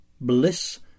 bliss